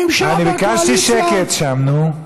הממשלה והקואליציה, אני ביקשתי שקט שם, נו.